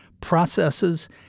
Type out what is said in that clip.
processes